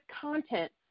content